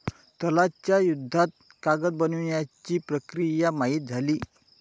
तलाश च्या युद्धात कागद बनवण्याची प्रक्रिया माहित झाली